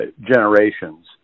generations